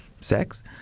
sex